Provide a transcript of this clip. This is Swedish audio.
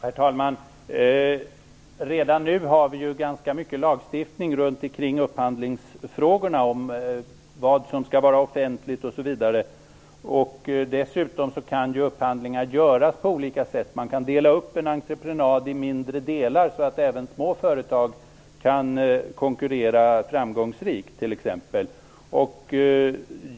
Herr talman! Redan nu har vi ganska mycket lagstiftning om upphandlingsfrågorna, om vad som skall vara offentligt osv. Dessutom kan upphandlingar göras på olika sätt. Man kan dela upp en entreprenad i mindre delar, t.ex. så att även små företag kan konkurrera framgångsrikt.